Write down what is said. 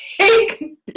take